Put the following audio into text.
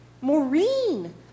Maureen